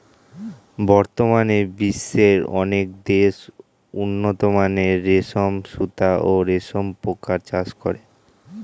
বর্তমানে বিশ্বের অনেক দেশ উন্নতমানের রেশম সুতা ও রেশম পোকার চাষ করে